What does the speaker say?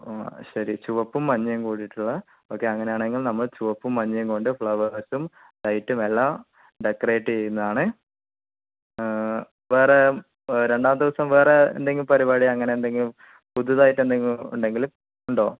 ആ ശരി ചുവപ്പും മഞ്ഞയും കൂടിയിട്ടുള്ളത് ഓക്കേ അങ്ങനെയാണെങ്കിൽ നമ്മൾ ചുവപ്പും മഞ്ഞയും കൊണ്ട് ഫ്ലവർസും ലൈറ്റുമെല്ലാം ഡെക്കറേറ്റ് ചെയുന്നതാണ് വേറെ രണ്ടാമത്തെ ദിവസം വേറെ എന്തെങ്കിലും പരിപാടി അങ്ങനെയെന്തെങ്കിലും പുതുതായിട്ട് ഏന്തെങ്കിലും ഉണ്ടെങ്കിൽ ഉണ്ടോ